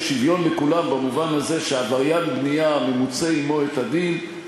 שוויון לכולם במובן הזה שממוצה הדין עם עבריין בנייה,